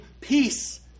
peace